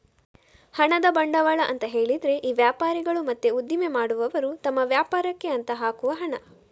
ಹಣದ ಬಂಡವಾಳ ಅಂತ ಹೇಳಿದ್ರೆ ಈ ವ್ಯಾಪಾರಿಗಳು ಮತ್ತೆ ಉದ್ದಿಮೆ ಮಾಡುವವರು ತಮ್ಮ ವ್ಯಾಪಾರಕ್ಕೆ ಅಂತ ಹಾಕುವ ಹಣ